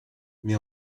mais